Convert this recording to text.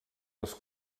les